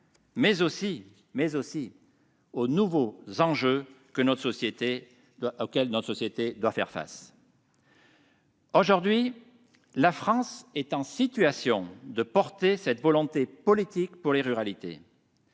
mais encore aux nouveaux enjeux auxquels notre société doit faire face. Aujourd'hui, la France est en situation de promouvoir cette volonté politique et cette ambition